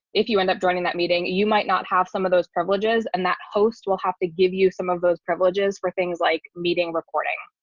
if you end up joining that meeting, meeting, you might not have some of those privileges. and that host will have to give you some of those privileges for things like meeting recording.